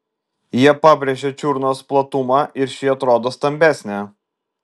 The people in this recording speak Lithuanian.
jie pabrėžia čiurnos platumą ir ši atrodo stambesnė